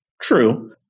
True